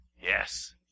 Yes